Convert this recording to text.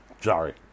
Sorry